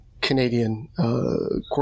Canadian